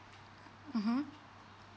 mmhmm